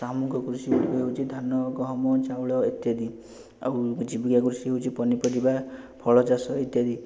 ସାମୂହିକ କୃଷି ଗୁଡ଼ିକ ହେଉଛି ଧାନ ଗହମ ଚାଉଳ ଇତ୍ୟାଦି ଆଉ ଜୀବିକା କୃଷି ହେଉଛି ପନିପରିବା ଫଳ ଚାଷ ଇତ୍ୟାଦି